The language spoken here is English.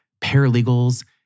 paralegals